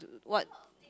what